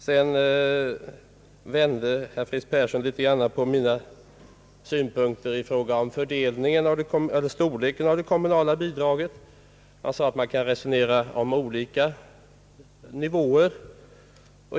Sedan vände herr Fritz Persson litet grand på mina synpunkter i fråga om storleken av det kommunala bidraget. Han sade att man kan resonera om olika nivåer.